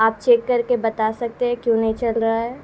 آپ چیک کر کے بتا سکتے ہیں کیوں نہیں چل رہا ہے